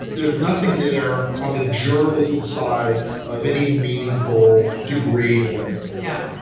there's nothing there on the journalism side of any meaningful degree or. and yeah,